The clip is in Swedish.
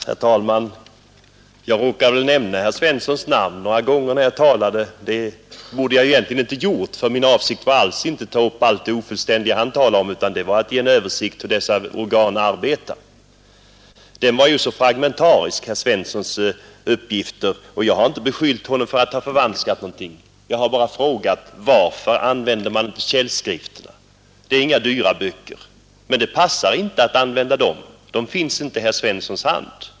Herr talman! Jag råkade väl nämna herr Svenssons namn några gånger när jag talade. Det borde jag egentligen inte ha gjort, för min avsikt var alls inte att ta upp allt det ofullständiga som han talade om utan den var att ge en översikt över hur dessa organ arbetar. Herr Svenssons uppgifter var så fragmentariska. Och jag har inte beskyllt honom för att ha förvanskat någonting — jag har bara frågat varför han inte använder källskrifterna. Det är inga dyra böcker. Men det passar inte att använda dem, de finns inte i herr Svenssons hand.